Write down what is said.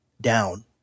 down